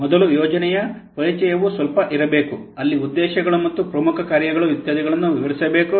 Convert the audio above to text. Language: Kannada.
ಮೊದಲು ಯೋಜನೆಯ ಪರಿಚಯದ ಸ್ವಲ್ಪ ಇರಬೇಕು ಅಲ್ಲಿ ಉದ್ದೇಶಗಳು ಮತ್ತು ಪ್ರಮುಖ ಕಾರ್ಯಗಳು ಇತ್ಯಾದಿಗಳನ್ನು ವಿವರಿಸಬೇಕು